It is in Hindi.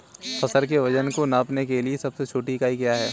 फसल के वजन को नापने के लिए सबसे छोटी इकाई क्या है?